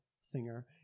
singer